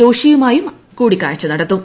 ജോഷിയുമായും കൂടിക്കാഴ്ച നടത്തും